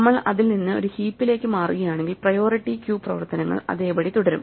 നമ്മൾ അതിൽ നിന്ന് ഒരു ഹീപ്പിലേക്ക് മാറുകയാണെങ്കിൽ പ്രയോറിറ്റി ക്യൂ പ്രവർത്തനങ്ങൾ അതേപടി തുടരും